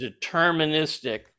deterministic